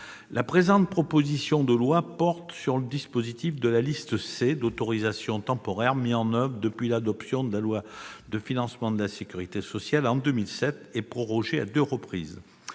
La présente proposition de loi porte sur le dispositif de la liste C d'autorisation temporaire mis en oeuvre par la loi de financement de la sécurité sociale pour 2007 et prorogé à deux reprises.